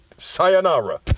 Sayonara